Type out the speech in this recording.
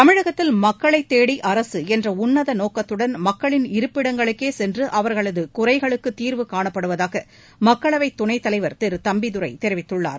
தமிழகத்தில் மக்களைத் தேடிஅரசுஎன்றஉன்னதநோக்கத்துடன் மக்களின் இருப்பிடங்களுக்கேசென்றுஅவர்களதுகுறைகளுக்குத் தீர்வு காணப்படுவதாகமக்களவைதுணைத் தலைவர் திருதம்பிதுரைதெரிவித்துள்ளார்